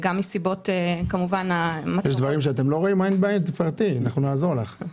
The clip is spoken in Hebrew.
גם הסיבות הבריאותיות וגם השמירה על הרציפות התפקודית ברור לנו,